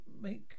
make